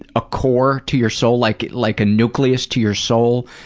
ah a core to your soul, like like a nucleus to your soul,